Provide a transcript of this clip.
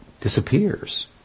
disappears